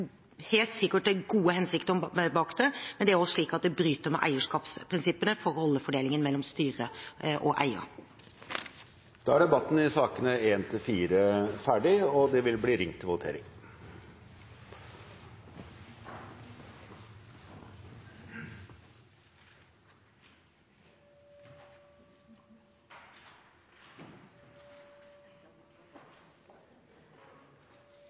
helt sikkert gode hensikter bak det, men det bryter med eierskapsprinsippene for rollefordelingen mellom styret og eier. Debatten i sak nr. 4 er avsluttet. Da er Stortinget klar til å gå til votering.